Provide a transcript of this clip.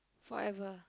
forever